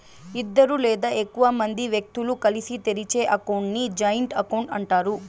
ఇద్దరు లేదా ఎక్కువ మంది వ్యక్తులు కలిసి తెరిచే అకౌంట్ ని జాయింట్ అకౌంట్ అంటారు